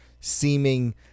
seeming